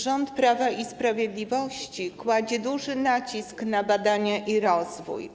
Rząd Prawa i Sprawiedliwości kładzie duży nacisk na badania i rozwój.